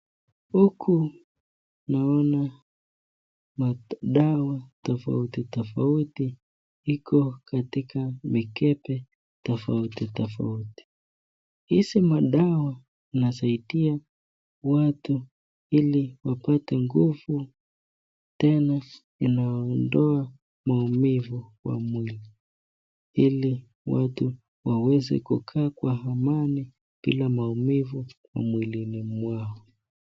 Huku naona madawa tofauti tofauti iko katika mikebe tofauti tofauti. Hizi madawa inasaidia watu ili wapate nguvu tena inaondoa maumivu kwa mwili. Ili watu waweze kukaa kwa amani bila maumivu kwa mwili ni mwao.